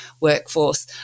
workforce